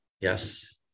Yes